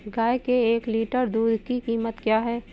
गाय के एक लीटर दूध की कीमत क्या है?